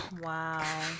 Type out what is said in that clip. Wow